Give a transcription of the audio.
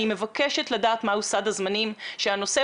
אני מבקשת לדעת מהו סד הזמנים שמדינת